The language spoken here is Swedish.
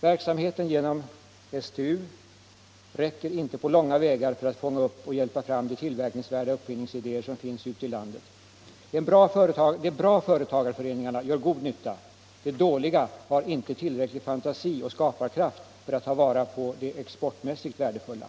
Verksamheten genom STU räcker inte på långa vägar för att fånga upp och hjälpa fram de tillverkningsvärda uppfinningsidéer som finns ute i landet. De bra företagarföreningarna gör god nytta — de dåliga har inte tillräcklig fantasi och skaparkraft för att ta vara på det exportmässigt värdefulla.